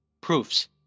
proofs